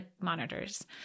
monitors